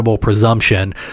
presumption